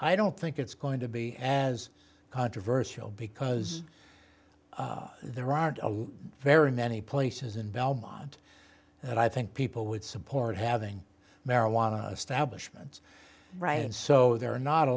i don't think it's going to be as controversial because there aren't very many places in belmont that i think people would support having marijuana establishment right and so there are not a